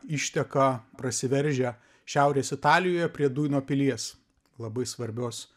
išteka prasiveržia šiaurės italijoje prie duino pilies labai svarbios